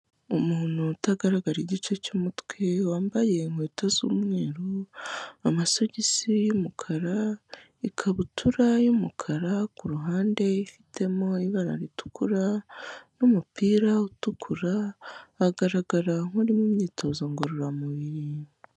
Umuntu utagaragara igice cy'umutwe, wambaye inkweto z'umweru, amasogisi y'umukara, ikabutura y'umukara ku ruhande ifitemo ibara ritukura n'umupira utukura, agaragara nk'uri mu myitozo ngororamubiri.